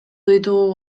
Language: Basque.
ditugu